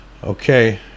Okay